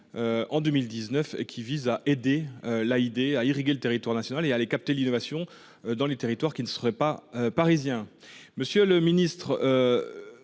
en 2019. Il s'agit aider l'AID à irriguer le territoire national et à aller capter l'innovation dans les territoires qui ne seraient pas parisiens, ce qu'elle ne